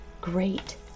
great